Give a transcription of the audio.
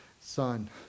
son